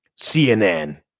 cnn